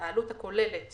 העלות הכוללת